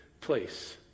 place